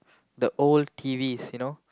the old T_Vs you know